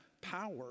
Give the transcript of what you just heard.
power